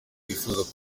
twifuza